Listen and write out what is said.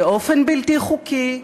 באופן בלתי-חוקי,